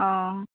অঁ